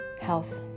health